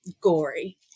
gory